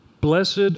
Blessed